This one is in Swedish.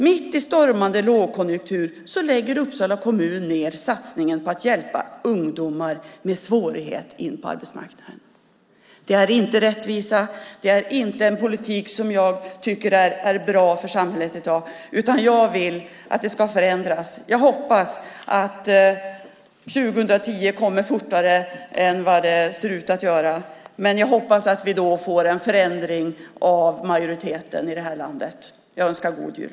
Mitt i stormande lågkonjunktur lägger Uppsala kommun ned satsningen på att hjälpa ungdomar med svårighet in på arbetsmarknaden. Det är inte rättvisa. Det är inte en politik som jag tycker är bra för samhället i dag. Jag vill att det ska förändras. Jag hoppas att 2010 kommer fortare än vad det ser ut att göra. Jag hoppas att vi då får en förändring av den politiska majoriteten i det här landet. Jag önskar god jul.